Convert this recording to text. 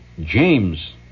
James